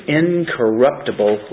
incorruptible